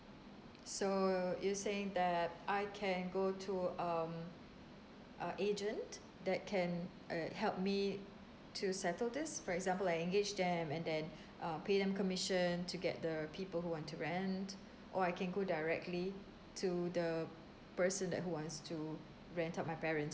so you're saying that I can go to um uh agent that can err help me to settle this for example I engage them and then um pay them commission to get the people who want to rent or I can go directly to the person that who wants to rent out my parents'